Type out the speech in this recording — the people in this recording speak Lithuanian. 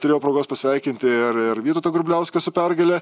turėjau progos pasveikinti ir ir vytautą grubliauską su pergale